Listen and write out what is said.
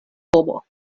homo